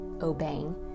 obeying